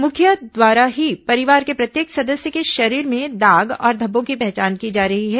मुखिया द्वारा ही परिवार के प्रत्येक सदस्य के शरीर में दाग और धब्बों की पहचान की जा रही है